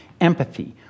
empathy